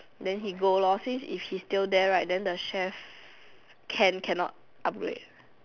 then he go lor since if he still there right then the chef Ken can not upgrade